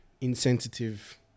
insensitive